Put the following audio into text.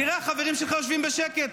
תראה, החברים שלך יושבים בשקט.